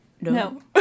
No